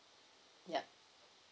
yup